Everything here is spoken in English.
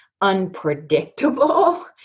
unpredictable